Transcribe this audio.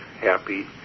happy